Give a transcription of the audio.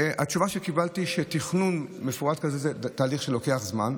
התשובה שקיבלתי היא שתכנון מפורט שכזה הוא תהליך שלוקח זמן,